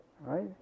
right